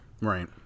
Right